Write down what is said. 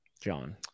John